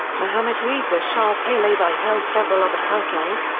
mohammad reza shah pahlavi held several other titles,